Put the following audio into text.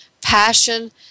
passion